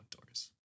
outdoors